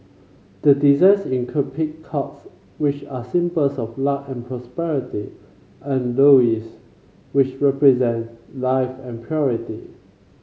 the designs include peacocks which are symbols of luck and prosperity and lotuses which represent life and purity